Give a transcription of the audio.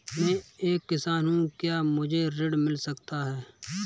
मैं एक किसान हूँ क्या मुझे ऋण मिल सकता है?